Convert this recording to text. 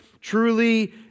truly